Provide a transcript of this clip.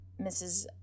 Mrs